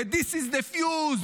ו-"This is the fuse",